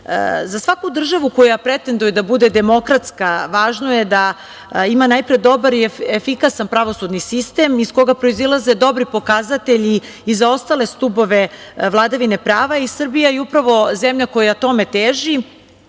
svaku državu koja pretenduje da bude demokratska, važno je da ima najpre i efikasan pravosudni sistem iz koga proizilaze dobri pokazatelji i za ostale stubove vladavine prava. Srbija je upravo zemlja koja tome teži,